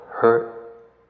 hurt